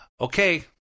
okay